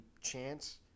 chance